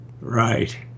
Right